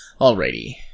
Alrighty